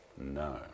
no